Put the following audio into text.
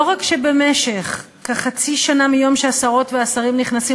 לא רק שבמשך כחצי שנה מיום שהשרות והשרים נכנסים